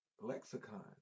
lexicon